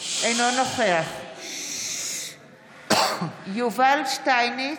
אינו נוכח יובל שטייניץ,